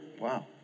wow